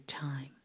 time